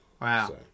Wow